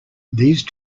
these